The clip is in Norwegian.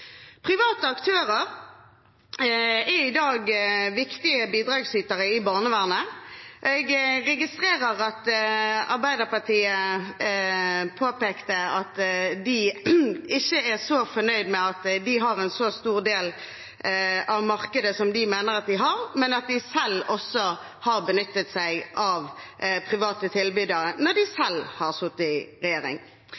Private aktører er i dag viktige bidragsytere i barnevernet. Jeg registrerte at Arbeiderpartiet påpekte at de ikke er så fornøyd med at de har en så stor del av markedet som de mener de har, men at de selv også benyttet seg av private tilbydere da de